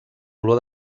olor